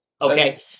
okay